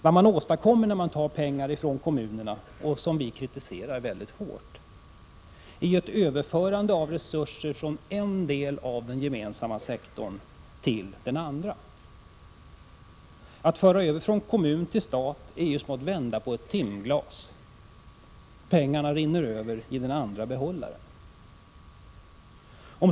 Vad man åstadkommer när man tar pengar från kommunerna, vilket vi kritiserar mycket hårt, är ju ett överförande av resurser från en del av den gemensamma sektorn till den andra. Att föra över från kommun till stat är som att vända på ett timglas — pengarna rinner över i den andra behållaren.